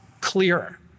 clearer